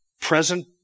present